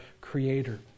Creator